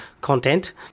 content